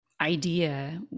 idea